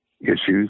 issues